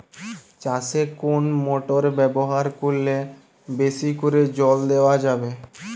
চাষে কোন মোটর ব্যবহার করলে বেশী করে জল দেওয়া যাবে?